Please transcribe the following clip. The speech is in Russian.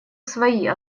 свои